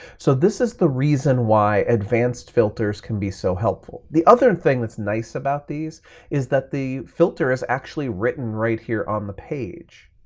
so this is the reason why advanced filters can be so helpful. the other and thing that's nice about these is that the filter is actually written right here on the page.